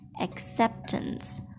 acceptance